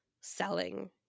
selling